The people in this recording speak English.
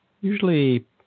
usually